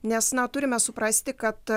nes na turime suprasti kad